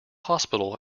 hospital